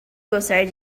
gostar